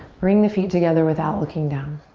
bring the feet together without looking down.